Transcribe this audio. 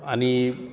आणि